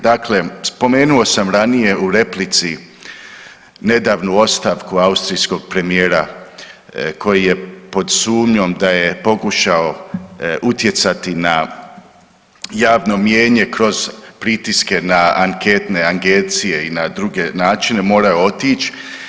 Dakle spomenuo sam ranije u replici nedavnu ostavku austrijskog premijera koji je pod sumnjom da je pokušao utjecati na javno mijenje kroz pritiske na anketne agencije i na druge načine morao je otić.